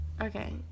Okay